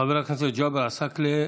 חבר הכנסת ג'אבר עסאקלה,